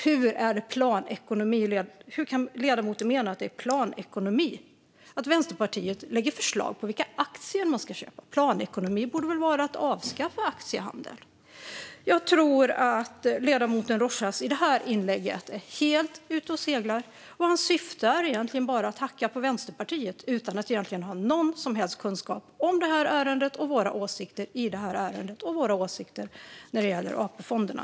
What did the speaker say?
Hur kan ledamoten mena att det är planekonomi när Vänsterpartiet lägger fram förslag om vilka aktier man ska köpa? Planekonomi borde väl vara att avskaffa aktiehandel? Jag tror att ledamoten Rojas i detta inlägg är helt ute och seglar. Hans syfte är bara att hacka på Vänsterpartiet, utan att egentligen ha någon som helst kunskap om detta ärende och våra åsikter i det och när det gäller AP-fonderna.